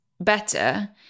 better